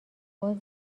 باز